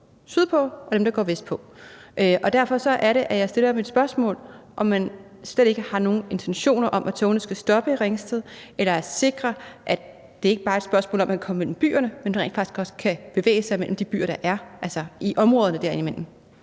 sydpå, og dem, der går vestpå. Derfor er det, at jeg stiller mit spørgsmål om, om man slet ikke har nogen intentioner om, at togene skal stoppe i Ringsted, eller at sikre, at det ikke bare er et spørgsmål om, at man kan komme mellem byerne, men rent faktisk også kan bevæge sig mellem de byer, der er, altså i områderne derimellem.